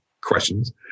questions